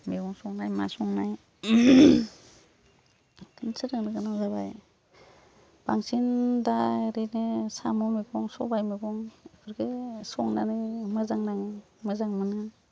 मैगं संनाय मा संनाय बिदिनो सोलोंनो गोनां जाबाय बांसिन दा ओरैनो साम' मैगं सबाइ मैगंफोरखौ संनानै मोजां नाङो मोजां मोनो